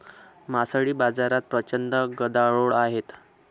मासळी बाजारात प्रचंड गदारोळ आहे